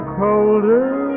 colder